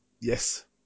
Yes